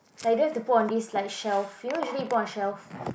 like that to put on this life shelf you know usually put on shelf